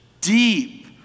deep